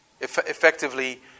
Effectively